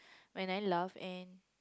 when I laugh and